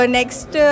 next